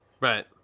Right